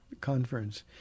Conference